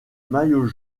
maillot